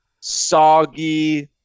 soggy